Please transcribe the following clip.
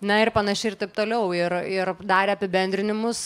na ir panašiai ir taip toliau ir ir darė apibendrinimus